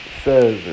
says